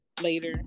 later